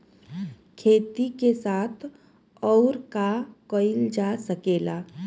खेती के साथ अउर का कइल जा सकेला?